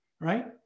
right